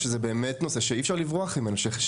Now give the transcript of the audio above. שזה באמת נושא שאי אפשר לברוח ממנו.